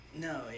No